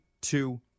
two